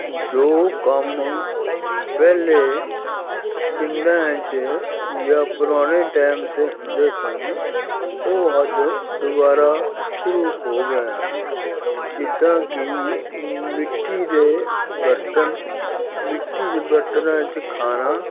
ਜੋ ਕੰਮ ਪਹਿਲਾਂ ਪਿੰਡਾਂ 'ਚ ਜਾ ਪੁਰਾਣੇ ਟਾਈਮ 'ਤੇ ਹੁੰਦੇ ਸਨ ਉਹ ਅੱਜ ਦੁਬਾਰਾ ਸ਼ੁਰੂ ਹੋ ਗਏ ਹਨ ਜਿੱਦਾਂ ਕਿ ਮਿੱਟੀ ਦੇ ਬਰਤਨ ਮਿੱਟੀ ਦੇ ਬਰਤਨਾਂ 'ਚ ਖਾਣਾ